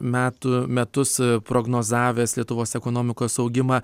metų metus prognozavęs lietuvos ekonomikos augimą